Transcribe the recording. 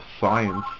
science